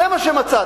זה מה שמצאתם.